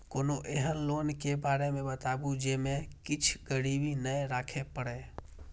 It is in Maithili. कोनो एहन लोन के बारे मे बताबु जे मे किछ गीरबी नय राखे परे?